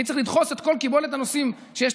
אני צריך לדחוס את כל קיבולת הנוסעים שהיום